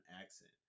accent